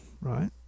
right